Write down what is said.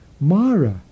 Mara